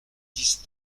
dix